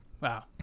Wow